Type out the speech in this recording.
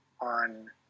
On